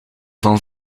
van